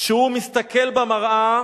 כשהוא מסתכל במראה,